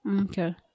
Okay